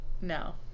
No